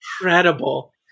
incredible